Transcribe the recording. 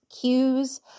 cues